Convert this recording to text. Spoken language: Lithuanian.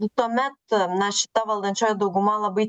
tuomet na šita valdančioji dauguma labai